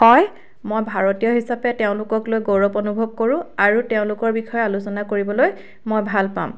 হয় মই ভাৰতীয় হিচাপে তেওঁলোকক লৈ গৌৰৱ অনুভৱ কৰো আৰু তেওঁলোকৰ বিষয়ে আলোচনা কৰিবলৈ মই ভাল পাম